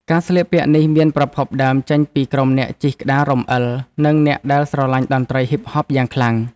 ការស្លៀកពាក់នេះមានប្រភពដើមចេញពីក្រុមអ្នកជិះក្តាររំអិលនិងអ្នកដែលស្រឡាញ់តន្ត្រីហ៊ីបហបយ៉ាងខ្លាំង។